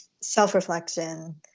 self-reflection